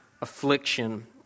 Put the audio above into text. affliction